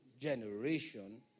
generation